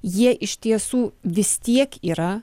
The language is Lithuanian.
jie iš tiesų vis tiek yra